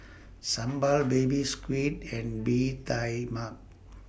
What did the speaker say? Sambal Baby Squid and Bee Tai Mak